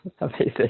Amazing